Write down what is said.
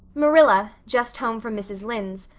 marilla, just home from mrs. lynde's,